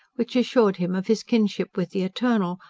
which assured him of his kinship with the eternal,